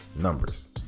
numbers